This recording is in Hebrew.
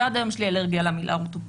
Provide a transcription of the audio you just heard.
ועד היום יש לי אלרגיה למילה אורתופד.